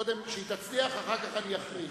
קודם שהיא תצליח, אחר כך אני אכריז.